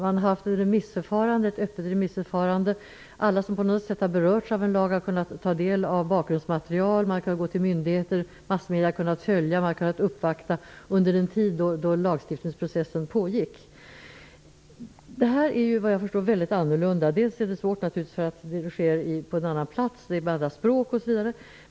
Man har haft ett remissförfarande som innebär att alla som har berörts av en lag har kunnat ta del av bakgrundsmaterial och vända sig till myndigheterna. Massmedier har kunnat följa lagstiftningsprocessen och man har kunnat göra uppvaktningar. Såvitt jag förstår är det annorlunda i EU. Dels är det svårt därför att det sker på en annan plats och på ett annat språk.